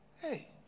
Hey